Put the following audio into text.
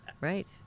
Right